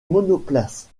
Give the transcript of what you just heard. monoplace